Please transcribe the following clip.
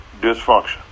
dysfunction